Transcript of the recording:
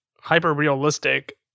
hyper-realistic